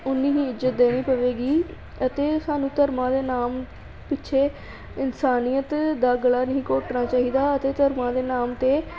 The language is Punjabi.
ਉੱਨੀ ਹੀ ਇੱਜਤ ਦੇਣੀ ਪਵੇਗੀ ਅਤੇ ਸਾਨੂੰ ਧਰਮਾਂ ਦੇ ਨਾਮ ਪਿੱਛੇ ਇਨਸਾਨੀਅਤ ਦਾ ਗਲਾ ਨਹੀਂ ਘੋਟਣਾ ਚਾਹੀਦਾ ਅਤੇ ਧਰਮਾਂ ਦੇ ਨਾਮ 'ਤੇ